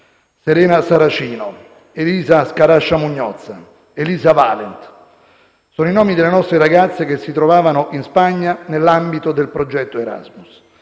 Serena Saracino, Elisa Scarascia Mugnozza, Elisa Valent, sono i nomi delle nostre ragazze che si trovavano in Spagna nell'ambito del progetto Erasmus.